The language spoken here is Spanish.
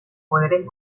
poderes